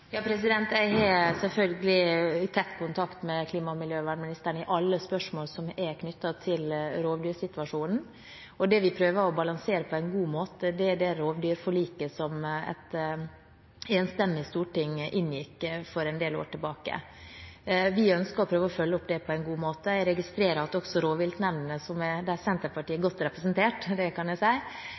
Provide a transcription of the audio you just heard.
Jeg har selvfølgelig tett kontakt med klima- og miljøministeren i alle spørsmål som er knyttet til rovdyrsituasjonen. Det vi prøver å balansere på en god måte, er det rovdyrforliket som et enstemmig storting inngikk for en del år tilbake. Vi ønsker, og prøver, å følge opp det på en god måte. Jeg registrerer at også rovviltnemndene, der Senterpartiet er godt representert – det kan jeg si